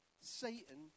Satan